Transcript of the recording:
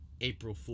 April